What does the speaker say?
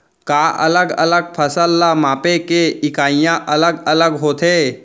का अलग अलग फसल ला मापे के इकाइयां अलग अलग होथे?